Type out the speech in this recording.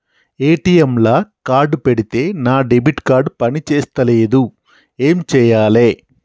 ATM లా card పెడితే నా డెబిట్ కార్డ్ పని చేస్తలేదు ఏం చేయాలే?